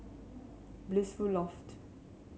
Blissful Loft